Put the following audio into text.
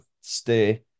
stay